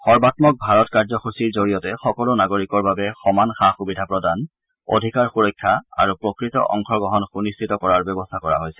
সৰ্বাম্মক ভাৰত কাৰ্যসূচীৰ জৰিয়তে সকলো নাগৰিকৰ বাবে সমান সা সূবিধা প্ৰদান অধিকাৰ সূৰক্ষা আৰু প্ৰকৃত অংশগ্ৰহণ সুনিশ্চিত কৰাৰ ব্যৱস্থা কৰা হৈছে